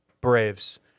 Braves